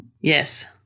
Yes